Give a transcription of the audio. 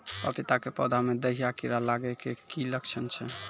पपीता के पौधा मे दहिया कीड़ा लागे के की लक्छण छै?